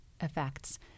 effects